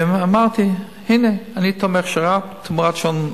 אמרתי: הנה, אני תומך בשר"פ תמורת שעון נוכחות.